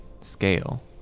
scale